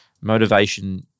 motivation